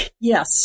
Yes